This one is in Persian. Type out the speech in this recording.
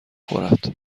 خورد